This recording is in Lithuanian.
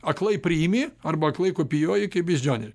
aklai priimi arba aklai kopijuoji kaip beždžionė